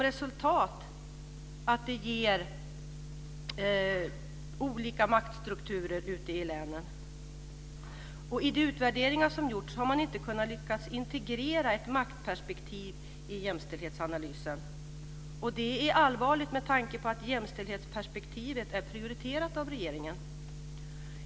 Resultatet blir olika maktstrukturer ute i länen. I de utvärderingar som har gjorts har man inte lyckats att integrera ett maktperspektiv i jämställdhetsanalysen. Det är allvarligt med tanke på att jämställdhetsperspektivet är prioriterat av regeringen.